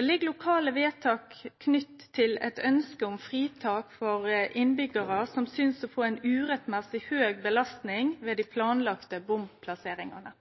Det ligg lokale vedtak knytte til eit ønske om fritak for innbyggjarar som synest å kunne få ei urettmessig høg belastning ved dei planlagde bomplasseringane.